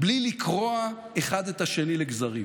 בלי לקרוע אחד את השני לגזרים.